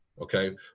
okay